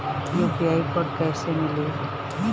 UPI code कैसे मिली?